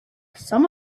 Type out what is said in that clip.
some